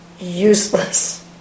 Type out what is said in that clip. useless